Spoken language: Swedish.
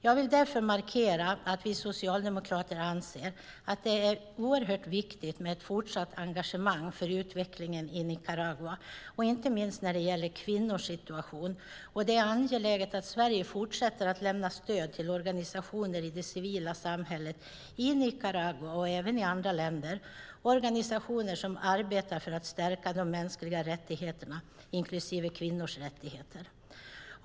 Jag vill därför markera att vi socialdemokrater anser att det är oerhört viktigt med ett fortsatt engagemang för utvecklingen i Nicaragua och inte minst när det gäller kvinnors situation, och det är angeläget att Sverige fortsätter att lämna stöd till organisationer i det civila samhället i Nicaragua, och även i andra länder, organisationer som arbetar för att stärka de mänskliga rättigheterna inklusive kvinnors rättigheter.